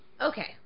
Okay